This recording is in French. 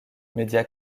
media